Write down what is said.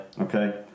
Okay